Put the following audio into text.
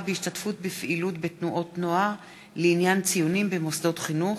בהשתתפות בפעילות בתנועות נוער לעניין ציונים במוסדות חינוך,